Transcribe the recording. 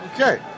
okay